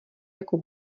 jako